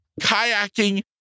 kayaking